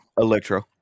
Electro